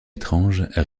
étrange